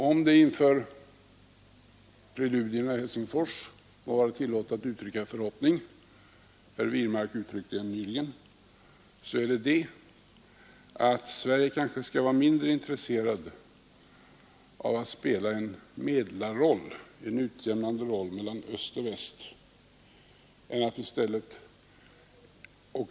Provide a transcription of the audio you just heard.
Om det inför preludierna i Helsingfors må vara tillåtet att uttrycka en förhoppning — herr Wirmark uttryckte en nyligen — så är det att Sverige kanske skall vara mindre intresserat av att spela en medlarroll, en utjämnande roll mellan öst och väst, och i stället söka inta en position gor.